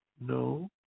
No